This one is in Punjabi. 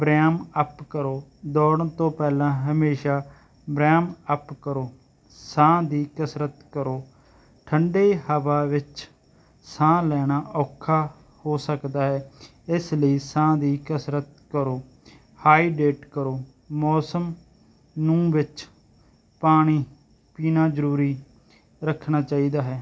ਵਾਮਅਪ ਕਰੋ ਦੌੜਨ ਤੋਂ ਪਹਿਲਾਂ ਹਮੇਸ਼ਾ ਵਰਿਆਮ ਅੱਪ ਕਰੋ ਸਾਹ ਦੀ ਕਸਰਤ ਕਰੋ ਠੰਢੀ ਹਵਾ ਵਿੱਚ ਸਾਹ ਲੈਣਾ ਔਖਾ ਹੋ ਸਕਦਾ ਹੈ ਇਸ ਲਈ ਸਾਹ ਦੀ ਕਸਰਤ ਕਰੋ ਹਾਈਡੇਟ ਕਰੋ ਮੌਸਮ ਨੂੰ ਵਿੱਚ ਪਾਣੀ ਪੀਣਾ ਜ਼ਰੂਰੀ ਰੱਖਣਾ ਚਾਹੀਦਾ ਹੈ